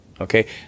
okay